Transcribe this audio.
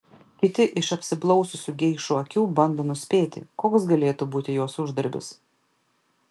kiti iš apsiblaususių geišų akių bando nuspėti koks galėtų būti jos uždarbis